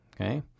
Okay